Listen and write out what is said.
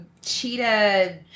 cheetah